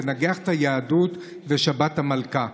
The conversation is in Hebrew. לנגח את היהדות ואת שבת המלכה.